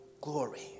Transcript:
Glory